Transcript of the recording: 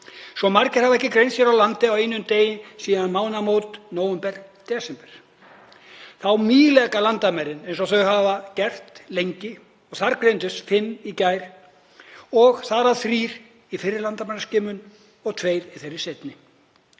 Svo margir hafa ekki greinst hér á landi á einum degi síðan um mánaðamót nóvember/desember. Þá mígleka landamærin eins og þau hafa gert lengi. Þar greindust fimm í gær og þar af þrír í fyrri landamæraskimun og tveir í þeirri seinni.